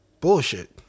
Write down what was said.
bullshit